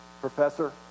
professor